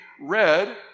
read